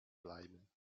bleiben